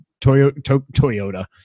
Toyota